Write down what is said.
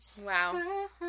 Wow